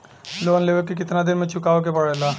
Loan लेवे के कितना दिन मे चुकावे के पड़ेला?